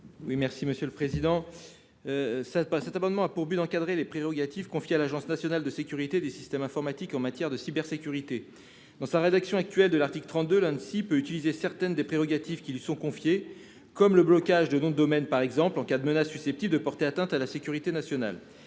Guillaume Gontard. Cet amendement a pour objet d'encadrer les prérogatives confiées à l'Agence nationale de la sécurité des systèmes d'information (Anssi) en matière de cybersécurité. Selon la rédaction actuelle de l'article 32, l'Anssi peut utiliser certaines des prérogatives qui lui sont confiées, comme le blocage de noms de domaine, en cas de menaces susceptibles de porter atteinte à la sécurité nationale.